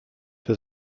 für